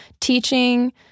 teaching—